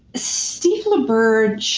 steve laberge